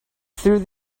through